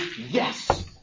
yes